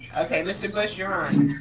okay, mr bush, you're on.